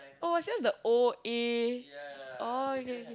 oh it's just the O A oh okay okay okay